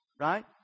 Right